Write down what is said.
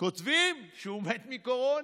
כותבים שהוא מת מקורונה,